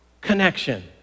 connection